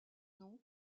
nom